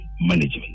management